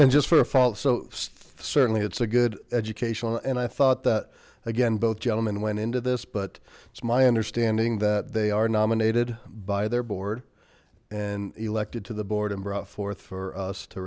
and just for a fault so certainly it's a good educational and i thought that again both gentlemen went into this but it's my understanding that they are nominated by their board and elected to the board and brought forth for us to